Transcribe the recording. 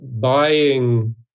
buying